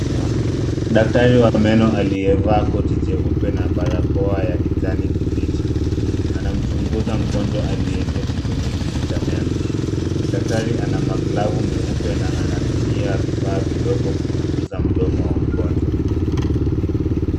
Daktari wa meno aliyevaa koti jeupe na barakoa ya kijani kibichi, anamchunguza mgonjwa aliyeketi kwenye kiti cha meno. Daktari ana maglavu meupe na anatumia vipaa vidogo kuchunguza mdomo wa mgonjwa.